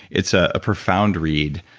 it's a profound read,